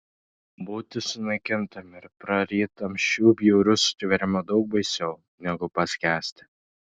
būti sunaikintam ir prarytam šių bjaurių sutvėrimų daug baisiau negu paskęsti